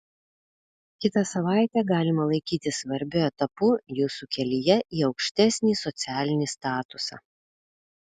kitą savaitę galima laikyti svarbiu etapu jūsų kelyje į aukštesnį socialinį statusą